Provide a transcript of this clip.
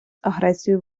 агресію